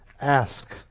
ask